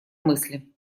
мысли